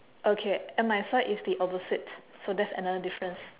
okay at my side it's the opposite so that's another difference